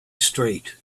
straight